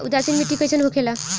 उदासीन मिट्टी कईसन होखेला?